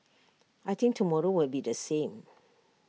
I think tomorrow will be the same